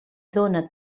dóna